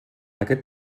aquest